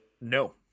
no